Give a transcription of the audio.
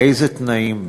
באילו תנאים,